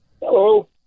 Hello